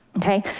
okay,